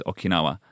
Okinawa